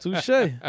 Touche